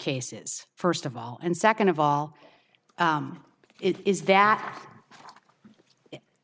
cases first of all and second of all it is that